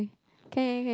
can can can